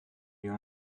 wir